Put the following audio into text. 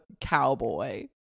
cowboy